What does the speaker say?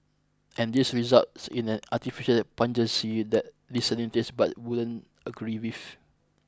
and this results in an artificial pungency that discerning taste buds wouldn't agree with